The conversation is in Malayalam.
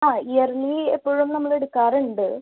ആ ഇയർലി എപ്പഴും നമ്മൾ എടുക്കാറുണ്ട്